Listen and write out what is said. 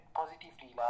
positively